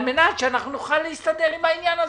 על מנת שנוכל להסתדר עם העניין הזה,